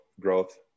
growth